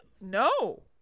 no